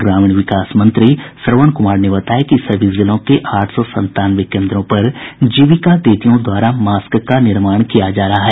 ग्रामीण विकास मंत्री श्रवण कुमार ने बताया कि सभी जिलों के आठ सौ संतानवे केन्द्रों पर जीविका दीदियों द्वारा मास्क का निर्माण किया जा रहा है